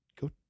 go